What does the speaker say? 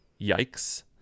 Yikes